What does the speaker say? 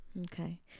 Okay